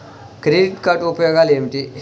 Credit card ఉపయోగాలు ఏమిటి?